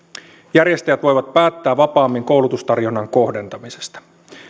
järjestäjät voivat päättää vapaammin koulutustarjonnan kohdentamisesta